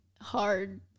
hard